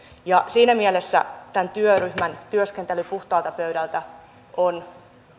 siinä mielessä tämän työryhmän työskentely puhtaalta pöydältä on